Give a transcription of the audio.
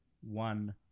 one